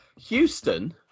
Houston